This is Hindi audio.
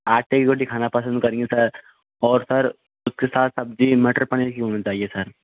आंटे की रोटी खाना पसंद करेंगे सर और सर उसके साथ सब्जी मटर पनीर की होनी चाहिए सर